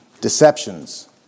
deceptions